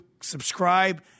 subscribe